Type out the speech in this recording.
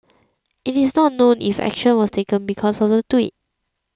it is not known if action was taken because of the tweet